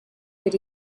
per